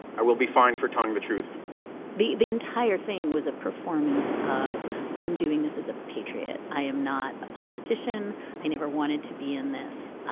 i will be fine for telling the truth the the entire thing was a performance of i am doing this as a patriot. i am not a politician. i never wanted to be in this.